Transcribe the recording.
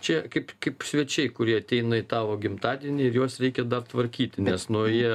čia kaip kaip svečiai kurie ateina į tavo gimtadienį ir juos reikia dar tvarkyti nes nu jie